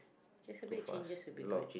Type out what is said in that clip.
just a bit changes will be good